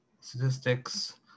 Statistics